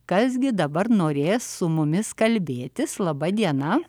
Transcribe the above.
kas gi dabar norės su mumis kalbėtis laba diena